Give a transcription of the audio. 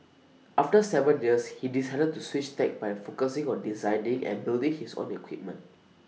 after Seven years he decided to switch tack by focusing on deciding and building his own equipment